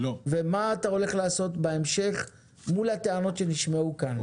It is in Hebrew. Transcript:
ומה אתה הולך לעשות בהמשך מול הטענות שנשמעו כאן,